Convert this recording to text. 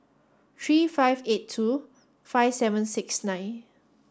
three five eight two five seven six nine